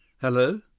Hello